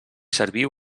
serviu